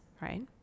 right